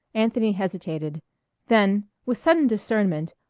anthony hesitated then, with sudden discernment,